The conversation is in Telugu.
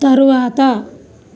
తరువాత